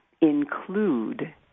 include